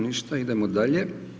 Ništa, idemo dalje.